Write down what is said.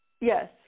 Yes